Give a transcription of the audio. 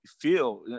feel